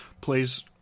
plays